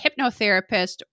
hypnotherapist